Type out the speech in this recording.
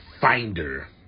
finder